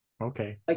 Okay